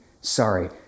sorry